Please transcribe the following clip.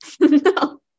No